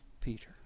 Peter